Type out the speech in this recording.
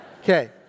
Okay